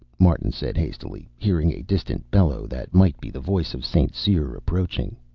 martin said hastily, hearing a distant bellow that might be the voice of st. cyr approaching.